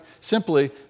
simply